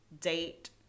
date